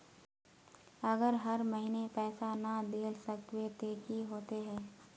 अगर हर महीने पैसा ना देल सकबे ते की होते है?